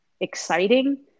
exciting